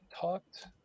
talked